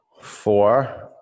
Four